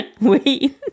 Wait